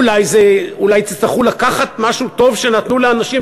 אולי תצטרכו לקחת משהו טוב שנתנו לאנשים,